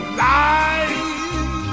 life